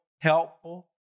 helpful